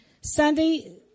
Sunday